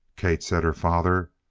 kate, said her father,